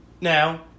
Now